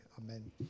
amen